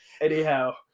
Anyhow